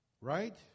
Right